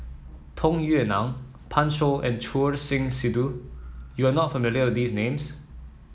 Tung Yue Nang Pan Shou and Choor Singh Sidhu you are not familiar with these names